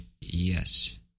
Yes